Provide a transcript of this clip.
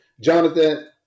Jonathan